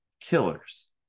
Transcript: killers